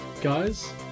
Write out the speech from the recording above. guys